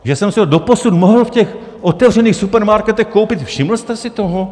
Že jsem si ho doposud mohl v těch otevřených supermarketech koupit, všiml jste si toho?